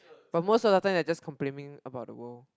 but most of the time they are just complaining about the world